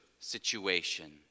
situation